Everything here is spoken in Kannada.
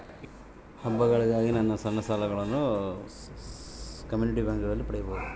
ಹಬ್ಬಗಳಿಗಾಗಿ ನಾನು ಸಣ್ಣ ಸಾಲಗಳನ್ನು ಎಲ್ಲಿ ಪಡಿಬಹುದು?